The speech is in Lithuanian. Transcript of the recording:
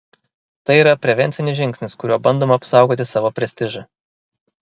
tai yra prevencinis žingsnis kuriuo bandoma apsaugoti savo prestižą